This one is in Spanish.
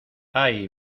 hay